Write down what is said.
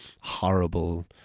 horrible